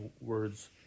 words